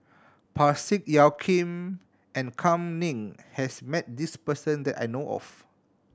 Parsick Joaquim and Kam Ning has met this person that I know of